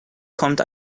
kommt